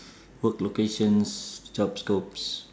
work locations job scopes